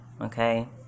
Okay